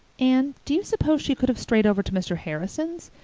anne, do you suppose she could have strayed over to mr. harrison's?